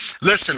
Listen